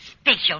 special